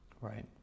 Right